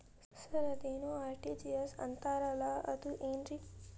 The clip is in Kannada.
ಸರ್ ಅದೇನು ಆರ್.ಟಿ.ಜಿ.ಎಸ್ ಅಂತಾರಲಾ ಅದು ಏನ್ರಿ?